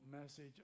message